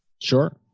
Sure